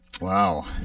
Wow